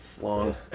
long